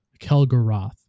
Kelgaroth